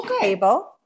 table